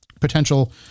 potential